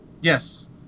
Yes